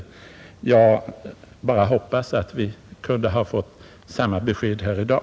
Jag hoppades bara att vi kunde ha fått samma besked här i dag.